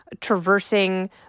traversing